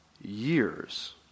Years